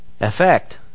Effect